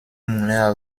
moulin